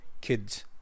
kids